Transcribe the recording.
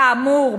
כאמור,